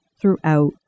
throughout